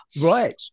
Right